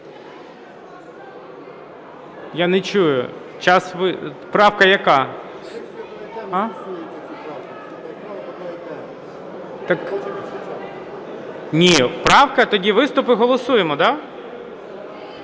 Я не чую. Правка яка? Ні, правка. Тоді виступ і голосуємо. Да?